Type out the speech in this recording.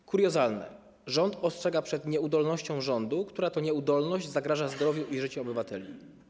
To kuriozalne, że rząd ostrzega przed nieudolnością rządu, która to nieudolność zagraża zdrowiu i życiu obywateli.